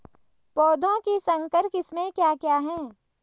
पौधों की संकर किस्में क्या क्या हैं?